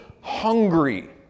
hungry